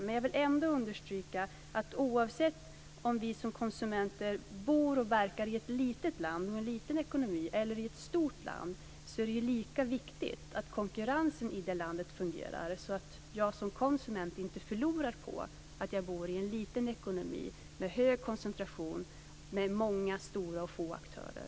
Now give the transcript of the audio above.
Men jag vill ändå understryka att oavsett om vi som konsumenter bor och verkar i ett litet land och en liten ekonomi eller i ett stort land, så är det lika viktigt att konkurrensen i det landet fungerar, så att jag som konsument inte förlorar på att jag bor i en liten ekonomi med hög koncentration och få och stora aktörer.